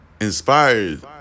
inspired